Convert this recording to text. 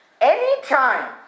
Anytime